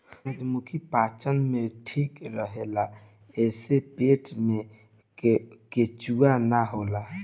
सूरजमुखी पाचन में ठीक रहेला एसे पेट में केचुआ ना होला